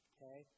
Okay